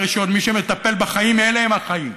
מי שמטפל בחיים, אלה הם החיים.